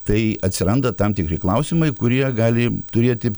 tai atsiranda tam tikri klausimai kurie gali turėti